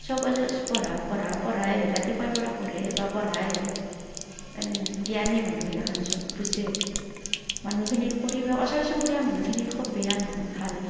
চব পঢ়া পঢ়া পঢ়ায়েই ৰাতিপুৱাৰ পৰা পঢ়ে বা পঢ়ায়েই এনেহেন জ্ঞানী মানুহগিলাখান চব বুজে মানুহখিনিৰ পৰিৱেশ ওচৰ চুবুৰীয়া মানুহখিনি খুব বেয়া নহয় ভাল